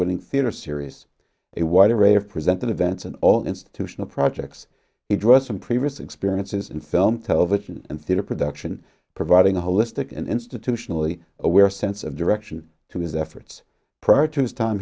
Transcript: winning theater series it wide array of presented events and all institutional projects he draws from previous experiences in film television and theater production providing a holistic institutionally aware sense of direction to his efforts prior to his time